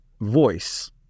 voice